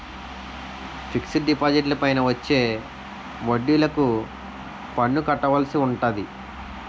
fixed డిపాజిట్లపైన వచ్చే వడ్డిలకు పన్ను కట్టవలసి ఉంటాది